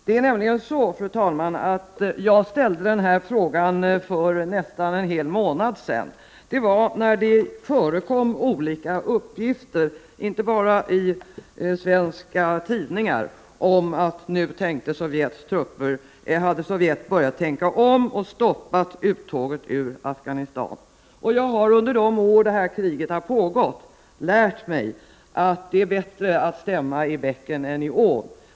Det är nämligen så, fru talman, att jag ställde frågan för nästan en månad sedan med anledning av att det förekom olika uppgifter, och inte bara i svenska tidningar, om att Sovjet nu hade börjat tänka om och stoppat uttåget ur Afghanistan. Jag har under de år som kriget pågått i Afghanistan lärt mig att det är bättre att stämma i bäcken än i ån.